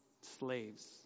slaves